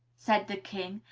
said the king,